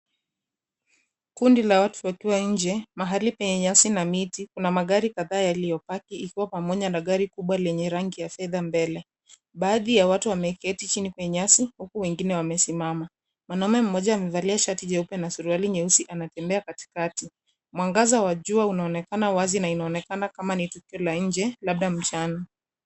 Kundi la watu wakiwa nje mahali penye nyasi na miti, kuna magari kadhaa yaliyopaki ikiwa pamoja na gari kubwa lenye rangi ya fedha mbele. Baadhi ya watu wameketi chini kwenye nyasi huku wengine wamesimama. Mwanume mmoja amevalia shati jeupe na suruali nyeusi anatembea katikati. Mwangaza wa jua unaonekana wazi na inaonekana kama ni tukio la nje labda mchana.